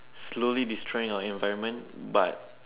slowly destroying our environment but